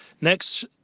next